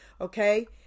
Okay